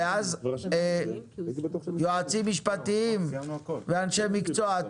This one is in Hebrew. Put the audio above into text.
ואז היועצים המשפטיים ואנשי המקצוע,